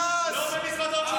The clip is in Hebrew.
לא במזוודות של כסף.